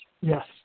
yes